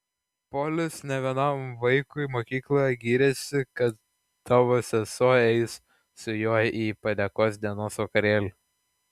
polis ne vienam vaikui mokykloje gyrėsi kad tavo sesuo eis su juo į padėkos dienos vakarėlį